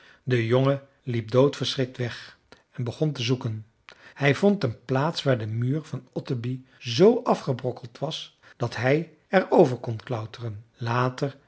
de jongen liep dood verschrikt weg en begon te zoeken hij vond een plaats waar de muur van ottenby zoo afgebrokkeld was dat hij er over kon klauteren later